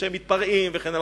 שהם מתפרעים וכן הלאה.